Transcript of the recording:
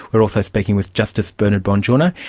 we're also speaking with justice bernard bongiorno,